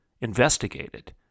investigated